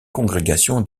congrégation